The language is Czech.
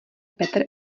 petr